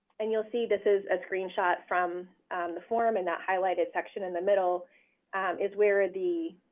and you'll see this is a screen shot from the form, and that highlighted section in the middle is where the